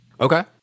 Okay